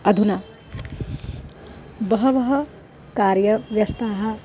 अधुना बहवः कार्यव्यस्ताः